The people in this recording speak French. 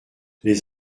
les